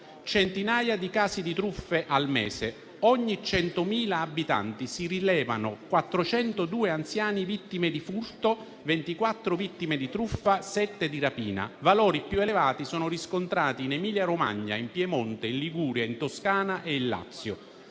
centinaia di casi di truffe al mese. Ogni 100.000 abitanti si rilevano 402 anziani vittime di furto, 24 vittime di truffa e sette di rapina. Valori più elevati sono riscontrati in Emilia Romagna, Piemonte, Liguria, Toscana e Lazio.